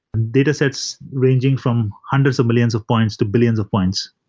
data sets ranging from hundreds of millions of points, to billions of points.